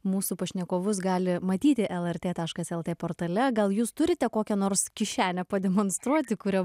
mūsų pašnekovus gali matyti lrt taškas lt portale gal jūs turite kokią nors kišenę pademonstruoti kuria